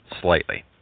slightly